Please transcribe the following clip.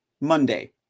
Monday